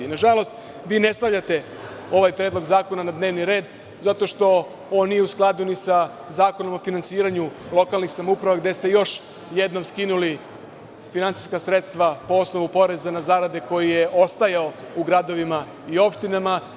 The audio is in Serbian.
Na žalost, vi ne stavljate ovaj predlog zakona na dnevni red zato što on nije u skladu sa Zakonom o finansiranju lokalnih samouprava gde ste još jednom skinuli finansijska sredstva po osnovu poreza na zarade koji je ostajao u gradovima i opštinama.